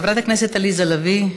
חברת הכנסת עליזה לביא,